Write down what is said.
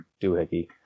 doohickey